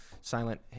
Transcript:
Silent